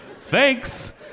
Thanks